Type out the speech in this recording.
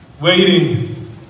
waiting